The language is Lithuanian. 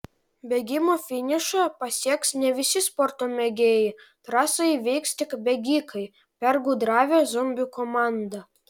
bėgimo finišą pasieks ne visi sporto mėgėjai trasą įveiks tik bėgikai pergudravę zombių komandą